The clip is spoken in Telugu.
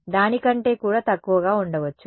దాని కంటే కూడా తక్కువగా ఉండవచ్చు